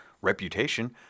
reputation